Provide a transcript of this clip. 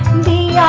the